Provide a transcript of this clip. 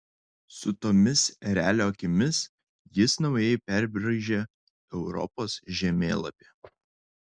su tomis erelio akimis jis naujai perbraižė europos žemėlapį